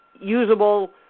usable